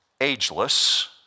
ageless